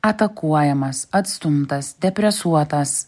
atakuojamas atstumtas depresuotas